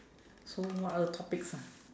so what other topics ah